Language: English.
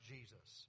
Jesus